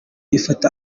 ifata